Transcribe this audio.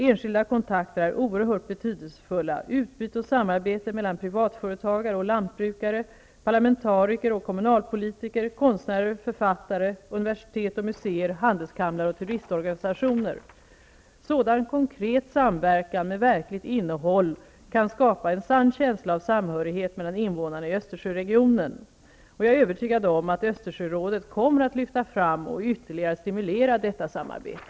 Enskilda kontakter är oerhört betydelsefulla: utbyte och samarbete mellan privatföretagare och lantbrukare, parlamentariker och kommunalpolitiker, konstnärer och författare, universitet och museer, handelskamrar och turistorganisationer. Sådan konkret samverkan med verkligt innehåll och liv kan skapa en sann känsla av samhörighet mellan invånarna i Jag är övertygad om att Östersjörådet kommer att lyfta fram och ytterligare stimulera detta samarbete.